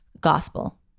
gospel